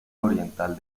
oriental